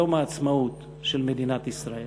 יום העצמאות של מדינת ישראל.